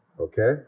okay